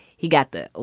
he got the.